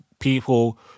People